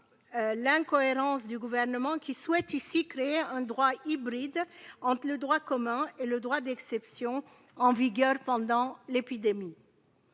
l'incohérence du Gouvernement, qui souhaite ici créer un droit hybride entre le droit commun et le droit d'exception en vigueur pendant l'épidémie.